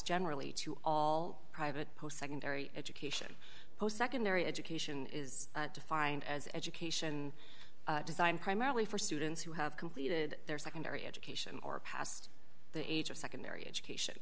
generally to all private post secondary education post secondary education is defined as education designed primarily for students who have completed their secondary education or past the age of secondary education